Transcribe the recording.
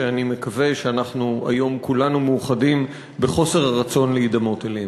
שאני מקווה שאנחנו כולנו היום מאוחדים בחוסר הרצון להידמות אליהם.